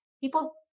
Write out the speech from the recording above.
people